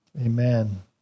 Amen